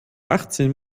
achtzehn